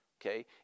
okay